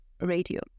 radio